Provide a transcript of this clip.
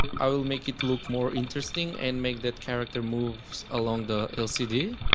i'll make it look more interesting and make that character moves along the lcd.